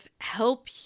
help